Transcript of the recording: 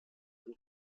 und